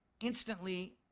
instantly